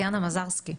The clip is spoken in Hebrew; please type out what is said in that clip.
בוקר.